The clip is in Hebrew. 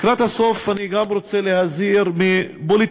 לקראת הסוף, אני גם רוצה להזהיר מפוליטיזציה